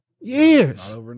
Years